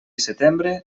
setembre